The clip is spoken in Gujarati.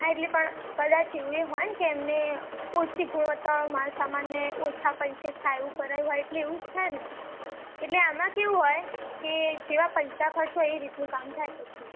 હા એટલે પણ કદાચ એવું એ હોય ને કે એમણે ઓછી ગુણવત્તાવાળો માલ સમાન અને ઓછા પૈસે થાય એવું કરાવ્યું હોય એટલે એવું જ થાય ને એટલે આમાં કેવું હોય કે જેવા પૈસા ખર્ચો એ રીતનું કામ થાય પછી